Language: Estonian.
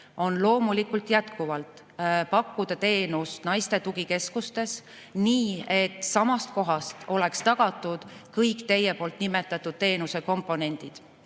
on loomulikult jätkuvalt pakkuda teenust naiste tugikeskustes nii, et samas kohas oleks tagatud kõik teie nimetatud teenuse komponendid.